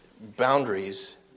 boundaries